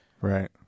Right